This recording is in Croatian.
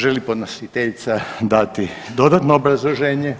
Želi li podnositeljica dati dodatno obrazloženje?